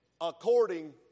according